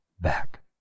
back